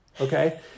okay